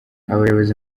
abayobozi